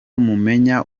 mumenya